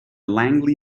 langley